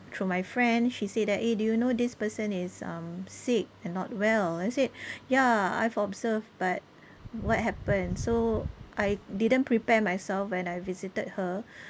through my friend she say that eh do you know this person is um sick and not well I said ya I've observed but what happened so I didn't prepare myself when I visited her